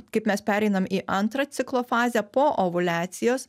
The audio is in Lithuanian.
kaip mes pereinam į antrą ciklo fazę po ovuliacijos